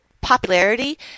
Popularity